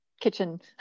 kitchen